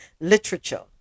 literature